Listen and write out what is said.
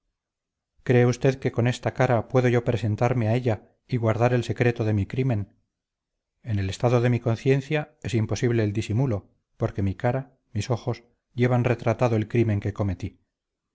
cree usted que con esta cara puedo yo presentarme a ella y guardar el secreto de mi crimen en el estado de mi conciencia es imposible el disimulo porque mi cara mis ojos llevan retratado el crimen que cometí